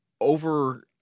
over